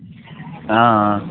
اۭں اۭں